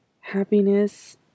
happiness